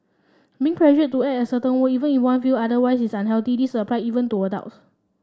being pressured to act a certain way even if one feels otherwise is unhealthy this apply even to adults